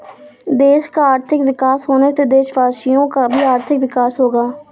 देश का आर्थिक विकास होने से देशवासियों का भी आर्थिक विकास होगा